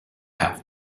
have